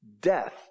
death